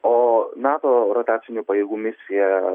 o nato rotacinių pajėgų misija